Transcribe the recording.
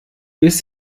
bis